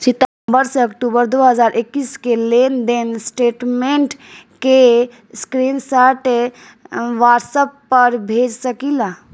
सितंबर से अक्टूबर दो हज़ार इक्कीस के लेनदेन स्टेटमेंट के स्क्रीनशाट व्हाट्सएप पर भेज सकीला?